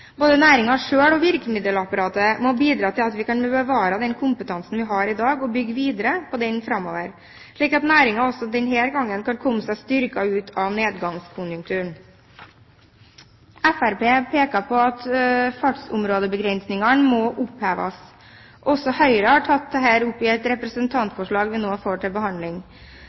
Både næringen selv og virkemiddelapparatet må bidra til at vi kan bevare den kompetansen vi har i dag og bygge videre på den framover, slik at næringen også denne gangen kan komme seg styrket ut av nedgangskonjunkturen. Fremskrittspartiet peker på at fartsområdebegrensningene må oppheves. Høyre har tatt opp dette i et representantforslag som vi nå får til behandling.